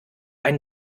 ein